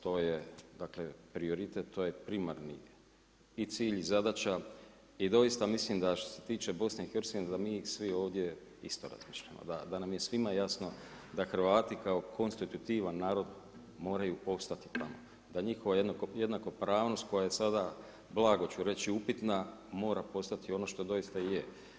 To je prioritet, to je primarni i cilj i zadaća i doista mislim da što se tiče BIH da mi svi ovdje isto razmišljamo, da nam je svima jasno da Hrvati kao konstitutivan narod moraju … da njihova jednakopravnost koja je sada blago je reći upitna, mora postati ono što je.